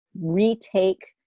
retake